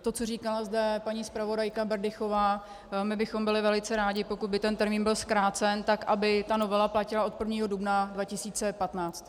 To, co zde říkala paní zpravodajka Berdychová my bychom byli velice rádi, pokud by ten termín byl zkrácen tak, aby novela platila od 1. dubna 2015.